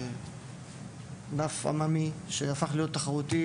שהוא ענף עממי שהפך להיות תחרותי,